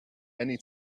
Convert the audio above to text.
many